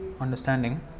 understanding